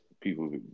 people